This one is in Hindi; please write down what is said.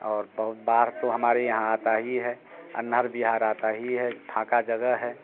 और बाड़ तो हमारे यहाँ आती ही है अंधड़ बाड़ आती ही है ढाका जगह है